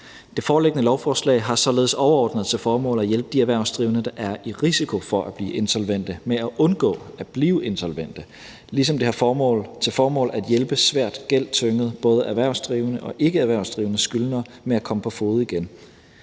Det foreliggende lovforslag har således overordnet til formål at hjælpe de erhvervsdrivende, der er i risiko for at blive insolvente, med at undgå at blive insolvente, ligesom det har til formål at hjælpe svært gældstyngede både erhvervsdrivende og ikkeerhvervsdrivende skyldnere med at komme på fode igen.